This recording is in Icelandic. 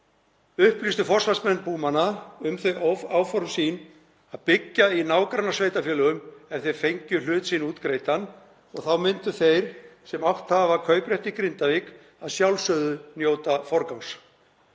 upplýstu forsvarsmenn Búmanna um þau áform sín að byggja í nágrannasveitarfélögum ef þeir fengju hlut sinn útgreiddan og þá myndu þeir sem átt hafa kauprétt í Grindavík að sjálfsögðu njóta forgangs.